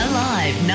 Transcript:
Alive